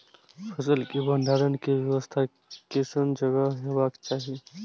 फसल के भंडारण के व्यवस्था केसन जगह हेबाक चाही?